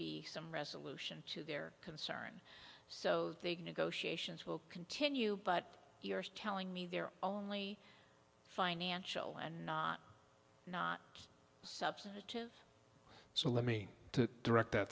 be some resolution to their concern so the negotiations will continue but you're telling me they're only financial and not substantive so let me to direct